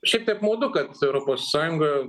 šiaip tai apmaudu kad europos sąjunga